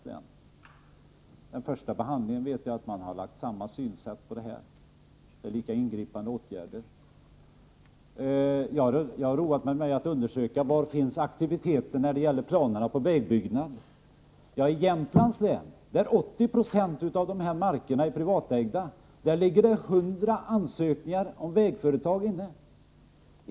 Man har vid den första behandlingen anlagt samma synsätt som i andra fall, och det är här fråga om lika ingripande åtgärder. Jag har roat mig med att undersöka var det förekommer aktivitet vad gäller planer på vägbyggnad. I Jämtlands län, där 80 26 av markerna i fråga är privatägda, föreligger 100 ansökningar om vägföretag.